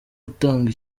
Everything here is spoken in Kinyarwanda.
utanga